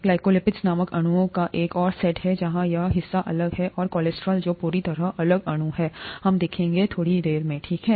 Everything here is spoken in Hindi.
ग्लाइकोलिपिड्स नामक अणुओं का एक और सेट है जहां यह हिस्सा अलग है और कोलेस्ट्रॉल जो पूरी तरह से अलग अणु है हम देखेंगे कि थोड़ी देर में ठीक है